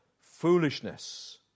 foolishness